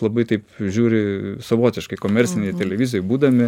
labai taip žiūri savotiškai komercinėj televizijoj būdami